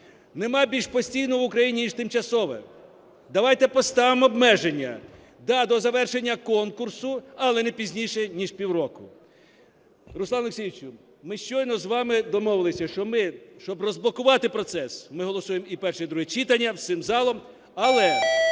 Немає більш постійного в Україні ніж тимчасове. Давайте поставимо обмеження: да, до завершення конкурсу, але не пізніше ніж пів року. Руслане Олексійовичу, ми щойно з вами домовилися, щоб розблокувати процес, ми голосуємо і перше, і друге читання всім залом. Але